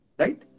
right